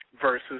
versus